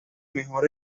mejor